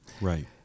Right